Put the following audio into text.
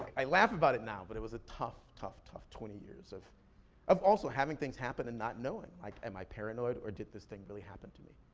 i laugh about it now, but it was a tough, tough, tough twenty years of of also having things happen and not knowing. like, am i paranoid, or did this thing really happen to me?